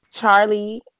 Charlie